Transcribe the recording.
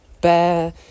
bear